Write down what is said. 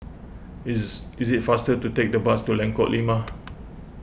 is is it faster to take the bus to Lengkok Lima